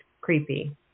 creepy